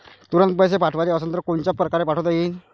तुरंत पैसे पाठवाचे असन तर कोनच्या परकारे पाठोता येईन?